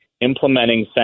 implementing